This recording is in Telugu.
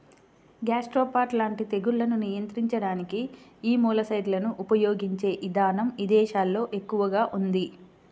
గ్యాస్ట్రోపాడ్ లాంటి తెగుళ్లను నియంత్రించడానికి యీ మొలస్సైడ్లను ఉపయిగించే ఇదానం ఇదేశాల్లో ఎక్కువగా ఉంది